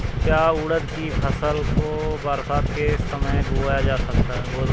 क्या उड़द की फसल को बरसात के समय बोया जाता है?